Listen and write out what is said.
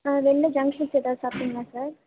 வெளில junk foods எதாவது சாப்பிடிங்களா சார்